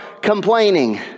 complaining